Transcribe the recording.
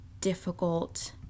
difficult